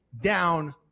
down